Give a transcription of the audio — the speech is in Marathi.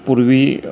पूर्वी